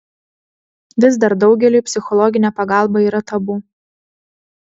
vis dar daugeliui psichologinė pagalba yra tabu